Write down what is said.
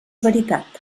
veritat